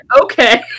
Okay